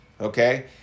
okay